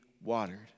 watered